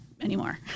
anymore